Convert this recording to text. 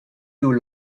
you